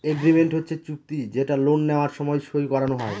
agreement হচ্ছে চুক্তি যেটা লোন নেওয়ার সময় সই করানো হয়